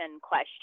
question